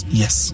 yes